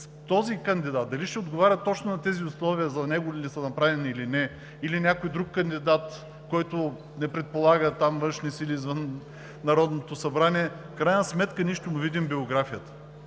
този кандидат дали ще отговаря точно на тези условия, за него ли са направени или не, или някой друг кандидат, който не се предполага – външни сили извън Народното събрание, в крайна сметка ние ще му видим биографията,